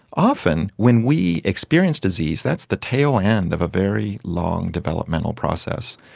often when we experience disease, that's the tail end of a very long developmental process.